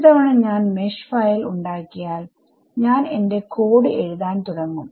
ഒരുതവണ ഞാൻ mesh file ഉണ്ടാക്കിയാൽ ഞാൻ എന്റെ കോഡ് എഴുതാൻ തുടങ്ങും